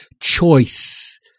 choice